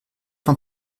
von